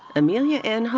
amelia n.